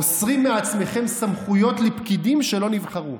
מוסרים מעצמכם סמכויות לפקידים שלא נבחרו.